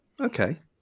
okay